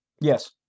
Yes